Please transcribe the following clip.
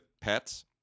pets